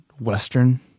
western